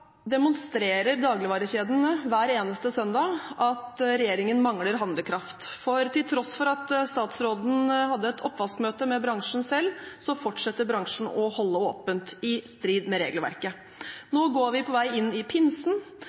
demonstrerer dagligvarekjedene hver eneste søndag at regjeringen mangler handlekraft, for til tross for at statsråden hadde et oppvaskmøte med bransjen selv, fortsetter bransjen å holde åpent, i strid med regelverket. Nå er vi på vei inn i pinsen,